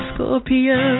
Scorpio